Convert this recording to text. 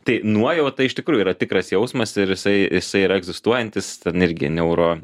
tai nuojauta iš tikrųjų yra tikras jausmas ir jisai jisai yra egzistuojantis ten irgi neuro